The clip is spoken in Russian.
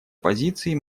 позиций